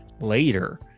Later